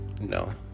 no